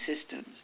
systems